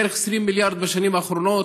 בערך 20 מיליארד בשנים האחרונות.